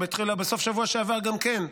או בסוף השבוע שעבר גם כן,